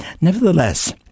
Nevertheless